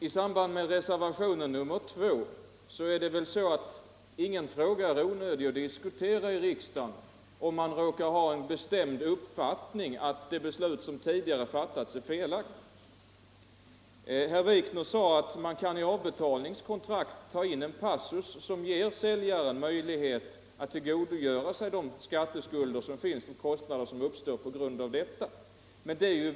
Beträffande reservationen 2 vill jag säga att ingen fråga är onödig att diskutera i riksdagen, om man råkar ha en bestämd uppfattning om att det beslut som tidigare fattats är felaktigt. Herr Wikner ansåg att i avbetalningskontraktet kunde tas in en passus som gav säljaren möjlighet att tillgodoräkna sig ersättning för de kostnader som uppstår på grund av de skatteskulder som finns.